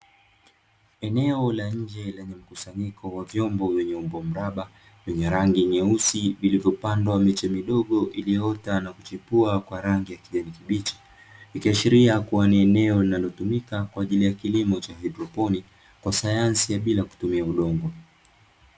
Eneo la nje lenye mkusanyiko wa vyombo wenye umbo mraba vyenye rangi nyeusi, vilivyopandwa miche midogo iliyoota na kuchipua kwa rangi ya kijani kibichi, ikiashiria kuwa ni eneo linalotumika kwa ajili ya kilimo cha haidroponi kwa sayansi ya bila kutumia udongo.